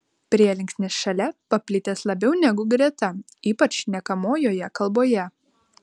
prielinksnis šalia paplitęs labiau negu greta ypač šnekamojoje kalboje